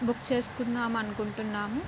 book చేసుకుందామని అకుంటున్నాము